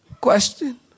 Question